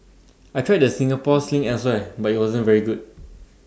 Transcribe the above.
I've tried the Singapore sling elsewhere but IT wasn't very good